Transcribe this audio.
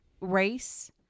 race